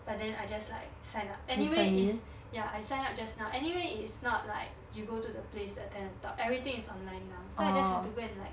but then I just like sign up anyway it's ya I sign up just now anyway it's not like you go to the place attend the talk everything is online now so I just have to go and like